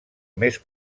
més